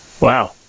Wow